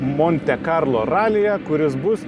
monte karlo ralyje kuris bus